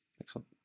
Excellent